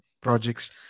projects